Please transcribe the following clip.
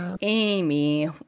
Amy